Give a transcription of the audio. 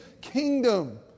kingdom